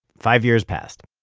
five years passed